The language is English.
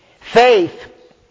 Faith